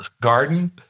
garden